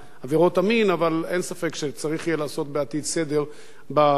אבל אין ספק שצריך יהיה לעשות בעתיד סדר בנושאים הללו,